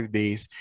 days